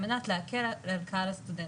על מנת להקל על קהל הסטודנטים.